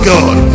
God